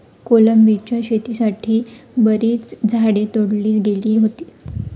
कोलंबीच्या शेतीसाठी बरीच झाडे तोडली गेली होती